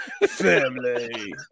Family